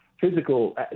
physical